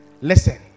Listen